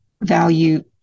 value